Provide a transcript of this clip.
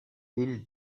villes